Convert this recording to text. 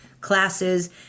classes